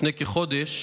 לפני כחודש